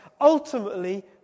ultimately